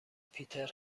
پیتر